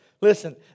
Listen